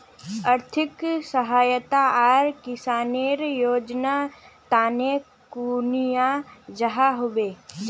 आर्थिक सहायता आर किसानेर योजना तने कुनियाँ जबा होबे?